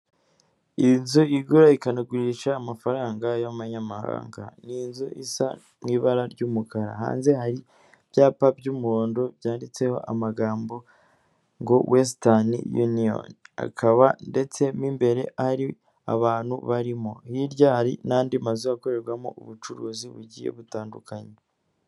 Iyi nzu igura ikanagurisha amafaranga y'amanyamahanga ni inzu isa mu ibara ry'umukara, hanze hari ibyapa by'umuhondo byanditseho amagambo ngo westani yuniyoni, akaba ndetse mo imbere ari abantu barimo, hirya hari n'andi mazu akorerwamo ubucuruzi bugiye butandukanye.